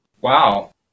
Wow